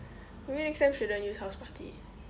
maybe next time shouldn't use house party